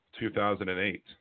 2008